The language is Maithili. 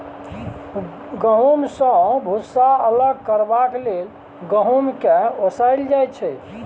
गहुँम सँ भुस्सा अलग करबाक लेल गहुँम केँ ओसाएल जाइ छै